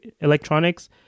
electronics